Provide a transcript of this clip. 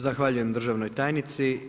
Zahvaljujem državnoj tajnici.